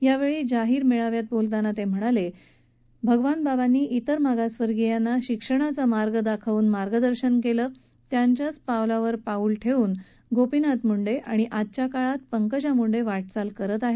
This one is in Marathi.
यावेळी जाहीर मेळाव्यात बोलताना ते म्हणाले भगवान बाबांनी इतर मागासवर्गियांना शिक्षणाचा मार्ग दाखवन मार्गदर्शन केलं त्यांच्याच पावलांवर पावलं ठेवन गोपीनाथ मंडे आणि आजच्या काळात पंकजा मूंडे वाटचाल करत आहेत